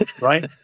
Right